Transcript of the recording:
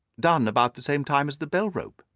done about the same time as the bell-rope?